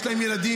יש להם ילדים,